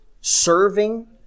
Serving